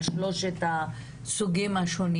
על שלושת הסוגים השונים